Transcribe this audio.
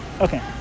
okay